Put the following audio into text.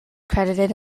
credited